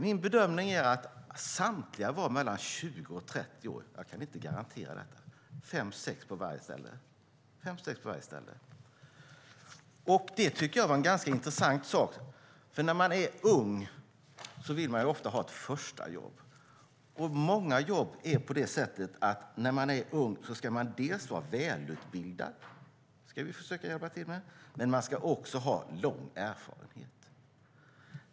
Min bedömning är att samtliga - det var fem eller sex anställda på båda ställena - var mellan 20 och 30 år, men jag kan förstås inte garantera det. Det var ganska intressant att se. När man är ung vill man ofta ha ett första jobb. Många jobb är sådana att man förutom att vara ung dels ska vara välutbildad - det ska vi försöka hjälpa till med - dels ha lång erfarenhet.